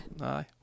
Aye